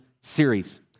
series